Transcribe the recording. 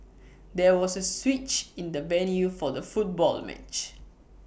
there was A switch in the venue for the football match